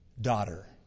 daughter